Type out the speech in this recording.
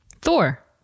Thor